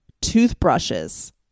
toothbrushes